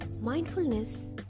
Mindfulness